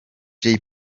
jay